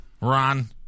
Ron